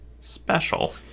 special